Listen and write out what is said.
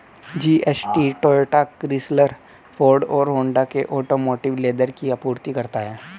GST Toyota, Chrysler, Ford और Honda के automotive leather की आपूर्ति करता है